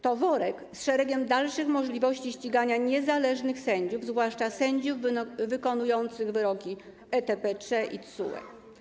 To worek z szeregiem dalszych możliwości ścigania niezależnych sędziów, zwłaszcza sędziów wykonujących wyroki ETPCz i TSUE.